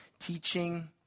teaching